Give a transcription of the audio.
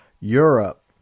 Europe